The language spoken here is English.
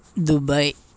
Dubai